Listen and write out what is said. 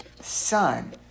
son